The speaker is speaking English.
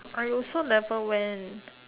I also never went